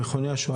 במכוני השואה.